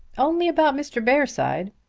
only about mr. bearside.